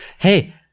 Hey